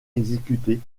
exécutée